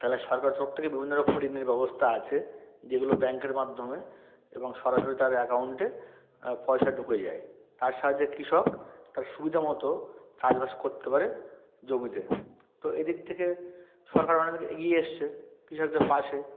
তাহলে সরকারের তরফ থেকে বিভিন্ন রকম ঋণের ব্যবস্থা আছে যেগুলো ব্যাঙ্কের মাধ্যমে এবং সরাসরি তার অ্যাকাউন্টে পয়সা ঢুকে যায় তার সাহায্যে কৃষক তার সুবিধামতো চাষবাস করতে পারে জমিতে তো এদিক থেকে সরকার অনেক এগিয়ে এসেছে কৃষকদের পাশে